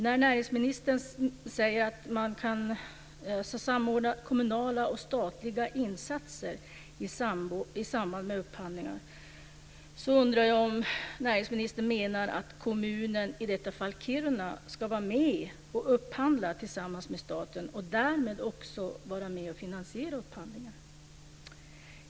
När näringsministern säger att man kan samordna kommunala och statliga insatser i samband med upphandlingar undrar jag om näringsministern menar att kommunen, i detta fall Kiruna, ska vara med och upphandla tillsammans med staten och därmed också vara med och finansiera upphandlingar.